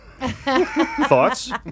Thoughts